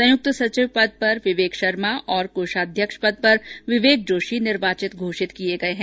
संयुक्त सचिव पद पर विवेक शर्मा और कोषाध्यक्ष पद पर विवेक जोशी निर्वाचित घोषित किये गये है